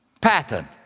pattern